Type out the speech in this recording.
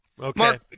Okay